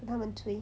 等他们催